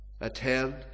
attend